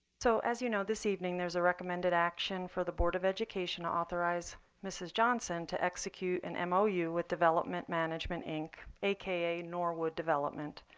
so as you know, this evening there's a recommended action for the board of education to authorize mrs. johnson to execute an um ah mou with development management inc, a k a. norwood development,